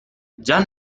già